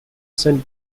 sent